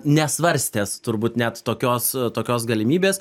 nesvarstęs turbūt net tokios tokios galimybės